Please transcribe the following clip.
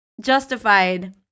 justified